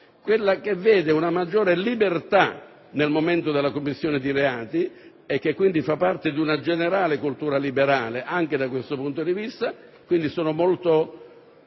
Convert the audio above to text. queste riconosce una maggior libertà nel momento della commissione di reati e quindi fa parte di una generale cultura liberale anche da questo punto di vista. Sono molto